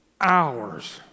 hours